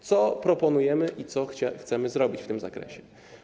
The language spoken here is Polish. Co proponujemy i co chcemy zrobić w tym zakresie?